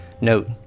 Note